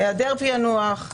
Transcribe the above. היעדר פענוח,